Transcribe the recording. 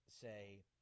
say –